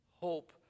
Hope